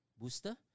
booster